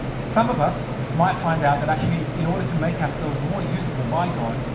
some of us might find out that actually in order to make ourselves more usable by god.